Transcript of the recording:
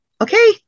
Okay